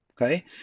okay